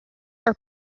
are